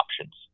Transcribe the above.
options